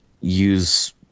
use